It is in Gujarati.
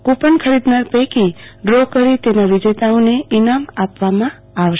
કુપન ખરીદનાર પૈકી ડ્રો કરી તેના વિજેતાઓને ઈનામ આપવામાં આવશે